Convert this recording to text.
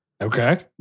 Okay